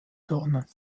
dornen